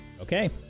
Okay